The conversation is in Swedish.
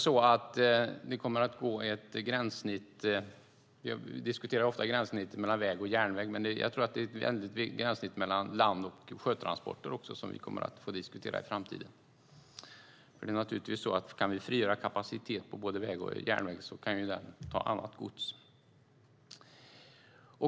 Vi diskuterar ofta gränssnittet mellan väg och järnväg, men jag tror att det är ett gränssnitt mellan landtransporter och sjötransporter som vi också kommer att få diskutera i framtiden. För det är naturligtvis så att kan vi frigöra kapacitet på väg och järnväg kan de ta annat gods.